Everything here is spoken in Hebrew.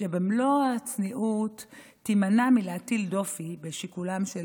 שבמלוא הצניעות תימנע מלהטיל דופי בשיקוליהם של